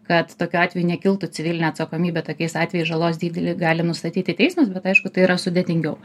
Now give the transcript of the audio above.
kad tokiu atveju nekiltų civilinė atsakomybė tokiais atvejais žalos dydį li gali nustatyti teismas bet aišku tai yra sudėtingiau